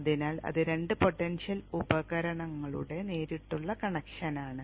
അതിനാൽ അത് രണ്ട് പൊട്ടൻഷ്യൽ ഉപകരണങ്ങളുടെ നേരിട്ടുള്ള കണക്ഷനാണ്